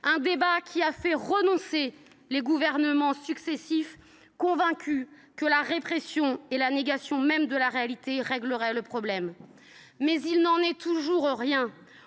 un débat qui a fait renoncer les gouvernements successifs, convaincus que la répression et la négation même de la réalité régleraient le problème. Or il n’en est rien.